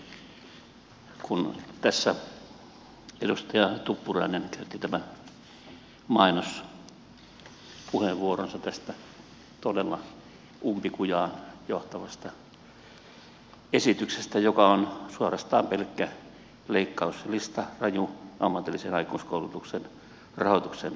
pyysin puheenvuoron kun edustaja tuppurainen käytti tämän mainospuheenvuoronsa tästä todella umpikujaan johtavasta esityksestä joka on suorastaan pelkkä leikkauslista raju ammatillisen aikuiskoulutuksen rahoituksen leikkauslista